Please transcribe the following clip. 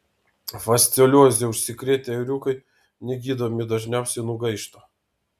fasciolioze užsikrėtę ėriukai negydomi dažniausiai nugaišta